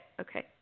okay